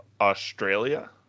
Australia